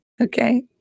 Okay